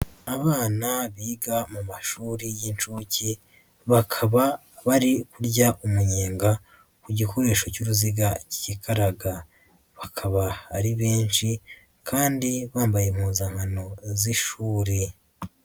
Abana biga mu mashuri y'inshuke, bakaba bari kurya umunyenga ku gikoresho cy'uruziga kikaraga. Bakaba ari benshi kandi bambaye impuzankano z'ishuri.